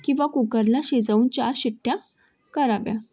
किंवा कुकरला शिजवून चार शिट्ट्या कराव्या